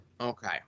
Okay